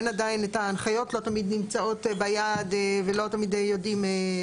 אין עדיין את ההנחיות לא תמיד נמצאות ביד ולא תמיד יודעים.